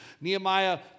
Nehemiah